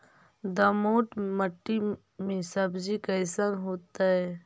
दोमट मट्टी में सब्जी कैसन होतै?